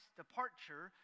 departure